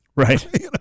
Right